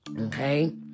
Okay